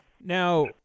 now